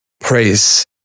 praise